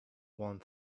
one